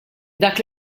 dak